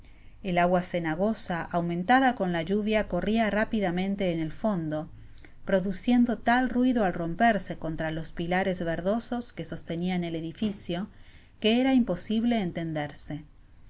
el agua cenagosa aumentada con la lluvia corria rápidamente en el fondo produciendo lal ruido al romperse contra los pilares verdosos que sostenian el edificio que era imposible entenderse